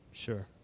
Sure